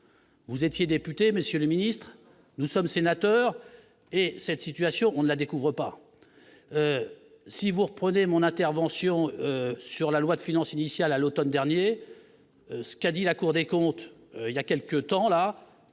Vous étiez député, Monsieur le Ministre, nous sommes sénateur et cette situation, on ne la découvre pas si vous reprenez mon intervention sur la loi de finances initiale à l'Automne dernier, ce qu'a dit la Cour des comptes, il y a quelque temps, là